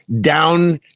down